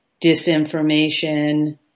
disinformation